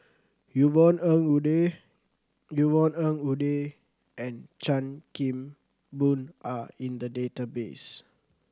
Yvonne Ng Uhde Yvonne Ng Uhde and Chan Kim Boon are in the database